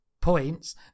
Points